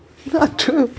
not true